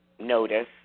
notice